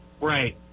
Right